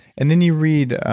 and then you read,